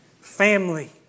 family